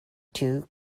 two